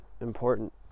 important